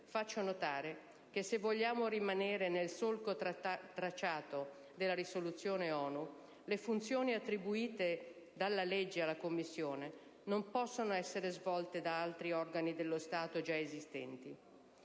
faccio notare che, se vogliamo rimanere nel solco tracciato dalla risoluzione ONU, le funzioni attribuite dalla legge alla Commissione non possono essere svolte da altri organi dello Stato già esistenti.